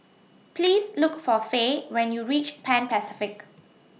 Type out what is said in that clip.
Please Look For Fae when YOU REACH Pan Pacific